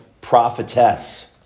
prophetess